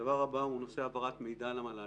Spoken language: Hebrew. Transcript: הדבר הבא הוא נושא העברת המידע למל"ל.